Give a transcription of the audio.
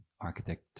architect